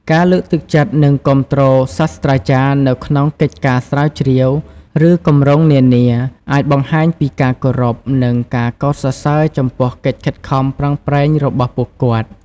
ការលើកទឹកចិត្តនិងគាំទ្រសាស្រ្តាចារ្យនៅក្នុងកិច្ចការស្រាវជ្រាវ ឬគម្រោងនានា អាចបង្ហាញពីការគោរព និងការកោតសរសើរចំពោះកិច្ចខិតខំប្រឹងប្រែងរបស់ពួកគាត់។